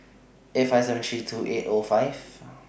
eight five seven three two eight O five